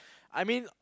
I mean